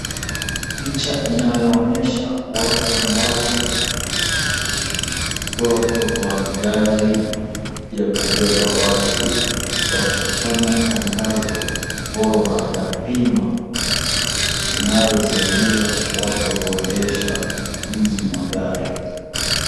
Picha inayonyesha watu ambao wako kwa gari ya kubeba watu wakifanya tangazo bora ya bima inayosaidia watu kiendesha hizi magari.